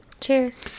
Cheers